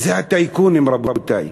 זה הטייקונים, רבותי,